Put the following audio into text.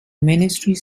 missionary